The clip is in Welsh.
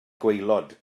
gwaelod